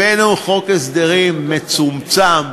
הבאנו חוק הסדרים מצומצם,